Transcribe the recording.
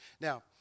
Now